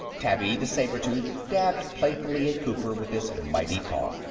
tabby, the saber-tooth, dabbed playfully at cooper with his mighty paw.